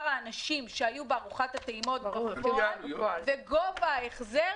האנשים שהיו בארוחת הטעימות בפועל וגובה ההחזר